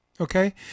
Okay